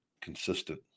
consistent